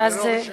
ללא רשיון.